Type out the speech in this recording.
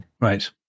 right